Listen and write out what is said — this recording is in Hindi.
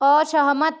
असहमत